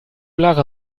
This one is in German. lara